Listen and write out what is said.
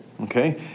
Okay